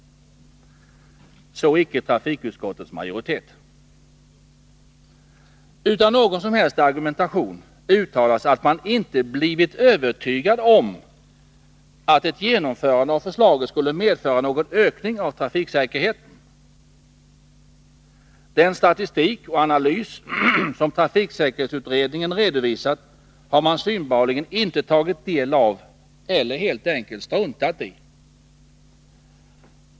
Så icke trafikutskottets majoritet. Utan någon som helst argumentation uttalas att man inte har blivit övertygad om att ett genomförande av förslaget skulle medföra någon ökning av trafiksäkerheten. Den statistik och analys som trafiksäkerhetsutredningen har redovisat har man synbarligen inte tagit del av eller helt enkelt struntat i.